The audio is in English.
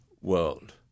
world